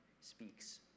speaks